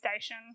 station